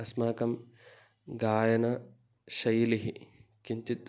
अस्माकं गायनशैली किञ्चित्